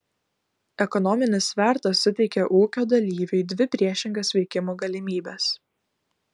ekonominis svertas suteikia ūkio dalyviui dvi priešingas veikimo galimybes